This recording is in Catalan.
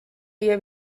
dia